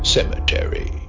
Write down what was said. Cemetery